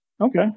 Okay